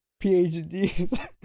phds